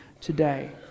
today